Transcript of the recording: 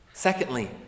Secondly